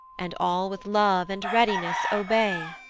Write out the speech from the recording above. and all with love and readiness obey!